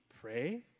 pray